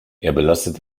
belastet